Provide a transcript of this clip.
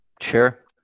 Sure